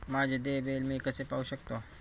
माझे देय बिल मी कसे पाहू शकतो?